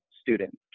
students